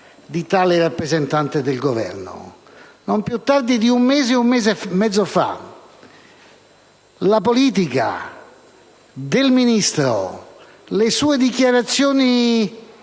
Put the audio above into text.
di tale rappresentante del Governo. Non più tardi di un mese, un mese e mezzo fa, la politica del Ministro, le sue dichiarazioni